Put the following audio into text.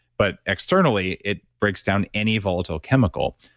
but externally, it breaks down any volatile chemical.